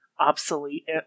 obsolete